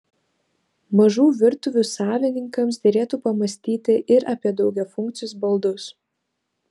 mažų virtuvių savininkams derėtų pamąstyti ir apie daugiafunkcius baldus